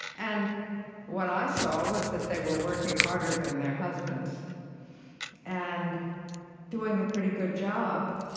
and what i saw was that they were working harder than their husbands and doing a pretty good job.